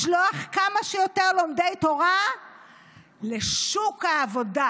לשלוח כמה שיותר לומדי תורה לשוק העבודה.